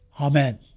Amen